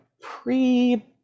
pre